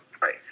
right